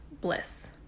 bliss